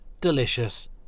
delicious